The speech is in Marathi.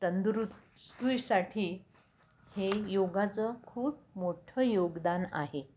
तंदुरुस्तीसाठी हे योगाचं खूप मोठं योगदान आहे